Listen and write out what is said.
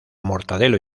mortadelo